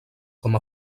com